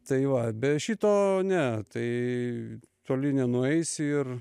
tai va be šito ne tai toli nenueisi ir